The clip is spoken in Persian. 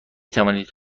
توانید